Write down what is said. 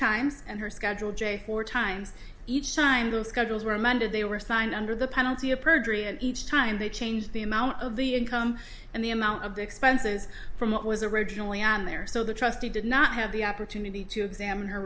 and her schedule j four times each time the schedules were amended they were signed under the penalty of perjury and each time they change the amount of the income and the amount of the expenses from what was originally on there so the trustee did not have the opportunity to examine her